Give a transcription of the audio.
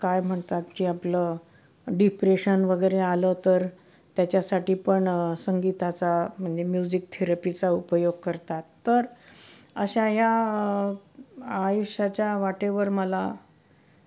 काय म्हणतात की आपलं डिप्रेशन वगैरे आलं तर त्याच्यासाठी पण संगीताचा म्हणजे म्युझिक थेरपीचा उपयोग करतात तर अशा या आयुष्याच्या वाटेवर मला